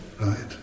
right